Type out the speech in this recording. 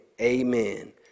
amen